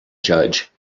judge